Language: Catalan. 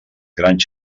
grans